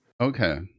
okay